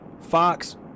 Fox